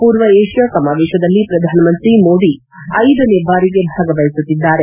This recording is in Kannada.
ಪೂರ್ವ ಏಷ್ಯಾ ಸಮಾವೇಶದಲ್ಲಿ ಶ್ರಧಾನಮಂತ್ರಿ ಮೋದಿ ಐದನೇ ಬಾರಿಗೆ ಭಾಗವಹಿಸುತ್ತಿದ್ದಾರೆ